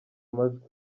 majwi